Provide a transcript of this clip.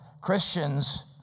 Christians